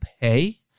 pay